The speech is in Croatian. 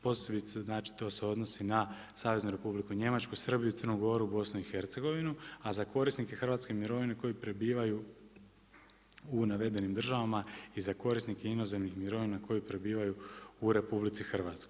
Posebice znači to se odnosi na Saveznu Republiku Njemačku, Srbiju, Crnu Goru, BiH a za korisnike hrvatske mirovine koji prebivaju u navedenim državama i za korisnike inozemnih mirovina koji prebivaju u RH.